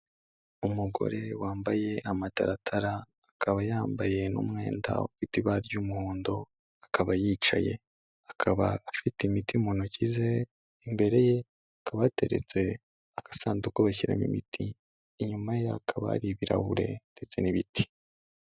Umugore wambaye amataratara, akaba yambaye n'umwenda ufite ibara ry'umuhondo, akaba yicaye. Akaba afite imiti mu ntoki ze, imbere ye, hakaba hateretse agasanduku bashyiramo imiti, inyuma ye hakaba hari ibirahure ndetse n'ibiti.